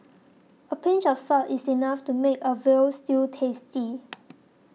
a pinch of salt is enough to make a Veal Stew tasty